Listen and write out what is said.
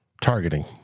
targeting